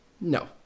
no